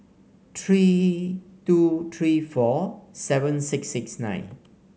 three two three four seven six six nine